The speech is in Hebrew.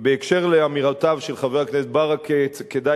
בהקשר של אמירותיו של חבר הכנסת ברכה כדאי